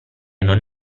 non